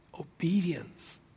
Obedience